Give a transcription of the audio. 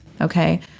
Okay